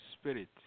Spirit